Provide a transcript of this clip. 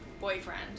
boyfriend